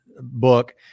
book